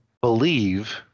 believe